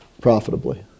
profitably